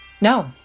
No